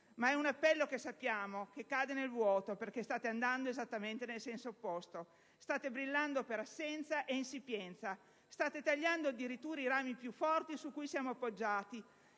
Ma è un appello che sappiamo che cade nel vuoto, perché state andando esattamente nel senso opposto. State brillando per assenza e insipienza; state tagliando addirittura i rami più forti su cui siamo appoggiati: